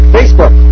Facebook